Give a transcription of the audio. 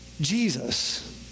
Jesus